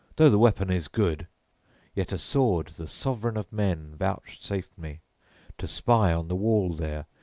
though the weapon is good yet a sword the sovran of men vouchsafed me to spy on the wall there,